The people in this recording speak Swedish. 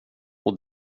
och